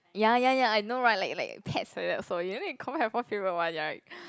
ya ya ya I know right like like pets like that so you need confirm have one favourite one right